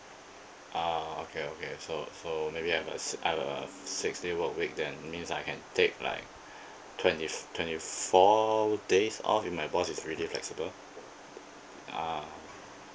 oh okay okay so so maybe I've a s~ I've a six days work week then means I can take like twenty f~ twenty four days off if boss is really flexible ah